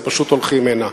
הם פשוט הולכים הנה.